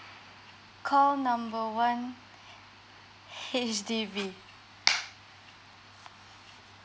call number one H_D_B